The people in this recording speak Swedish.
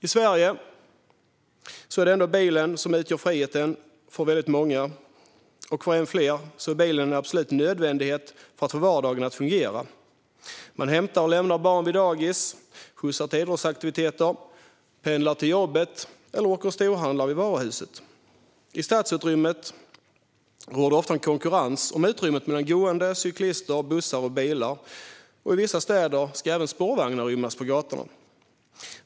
I Sverige är det dock ändå bilen som innebär en frihet för många, och för än fler är bilen en absolut nödvändighet för att få vardagen att fungera. Man hämtar och lämnar barn vid dagis, skjutsar till idrottsaktiviteter, pendlar till jobbet eller åker och storhandlar vid varuhuset. I stadsrummet råder det ofta konkurrens mellan gående, cyklister, bussar och bilar om utrymmet. I vissa städer ska även spårvagnar rymmas på gatorna.